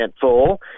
full